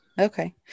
Okay